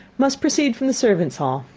must proceed from the servants' hall,